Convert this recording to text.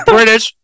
British